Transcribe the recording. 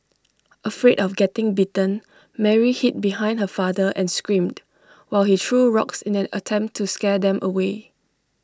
afraid of getting bitten Mary hid behind her father and screamed while he threw rocks in an attempt to scare them away